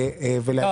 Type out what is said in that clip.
זה